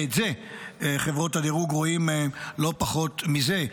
ואת זה חברות הדירוג רואות לא פחות מזה.